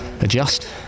adjust